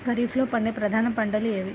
ఖరీఫ్లో పండే ప్రధాన పంటలు ఏవి?